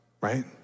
right